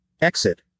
exit